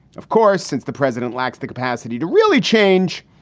of course, since the president lacks the capacity to really change.